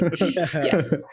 Yes